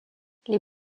les